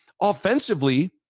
offensively